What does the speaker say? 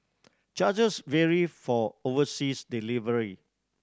charges vary for overseas delivery